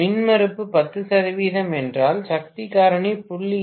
மின்மறுப்பு 10 சதவிகிதம் என்றால் சக்தி காரணி 0